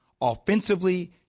Offensively